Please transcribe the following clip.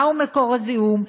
מהו מקור הזיהום,